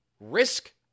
Risk